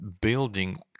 building